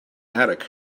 attic